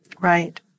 right